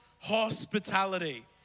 hospitality